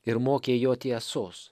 ir mokė jo tiesos